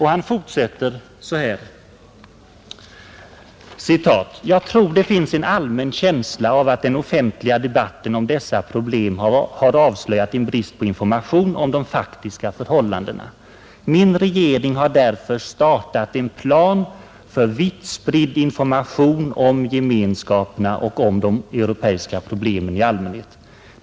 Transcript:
Han fortsätter: ”Jag tror det finns en allmän känsla av att den offentliga debatten om dessa problem har avslöjat en brist på information om de faktiska förhållandena. Min regering har därför startat en plan för vitt spridd information om Gemenskaperna och om de europeiska problemen i allmänhet.